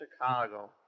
Chicago